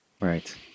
Right